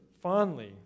Fondly